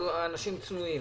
זה לא מענק שלהם.